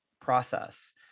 process